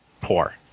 poor